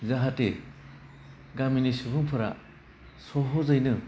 जाहाथे गामिनि सुबुंफोरा सह'जैनो